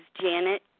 Janet